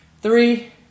three